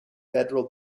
federal